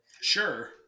sure